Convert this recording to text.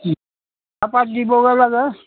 চাহপাত দিবগৈ লাগে